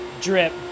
drip